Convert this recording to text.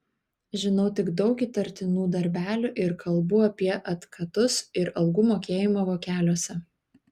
žinau tik daug įtartinų darbelių ir kalbų apie atkatus ir algų mokėjimą vokeliuose